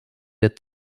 der